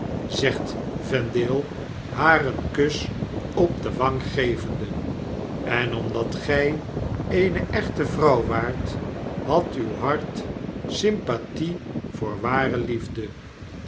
zegt vendale haar een kus op de wang gevende en omdat gy eene echte vrouw waart had uw hart sympathie voor ware liefde